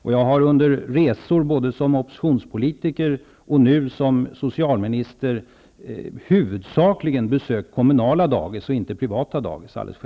Jag har un der resor, både som oppositionspolitiker och nu som socialminister, huvudsakligen besökt kommu nala dagis, inte privata dagis.